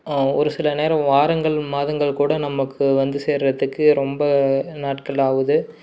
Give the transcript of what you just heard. ஒரு சில நேரம் வாரங்கள் மாதங்கள் கூட நமக்கு வந்து சேர்கிறத்துக்கு ரொம்ப நாட்கள் ஆகுது